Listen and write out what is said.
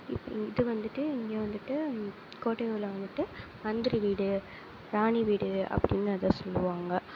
இது வந்துவிட்டு இங்க வந்துவிட்டு கோட்டையூரில் வந்துவிட்டு மந்திரி வீடு ராணி வீடு அப்படின்னு அதை சொல்வாங்க